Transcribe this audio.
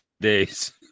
days